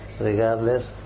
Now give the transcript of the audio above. regardless